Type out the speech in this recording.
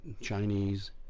Chinese